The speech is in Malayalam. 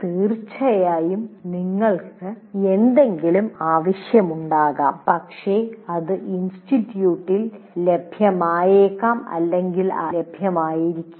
തീർച്ചയായും നിങ്ങൾക്ക് എന്തെങ്കിലും ആവശ്യമുണ്ടാകാം പക്ഷേ അത് ഇൻസ്റ്റിറ്റ്യൂട്ടിൽ ലഭ്യമായേക്കാം അല്ലെങ്കിൽ ലഭ്യമായേക്കില്ല